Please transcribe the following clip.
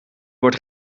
wordt